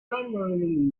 primarily